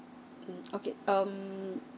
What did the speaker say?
mm okay um